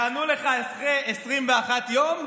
יענו לך אחרי 21 יום,